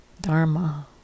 Dharma